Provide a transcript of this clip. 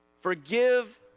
Forgive